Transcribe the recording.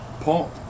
Paul